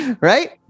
Right